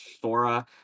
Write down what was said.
Sora